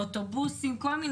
אוטובוסים וכו'.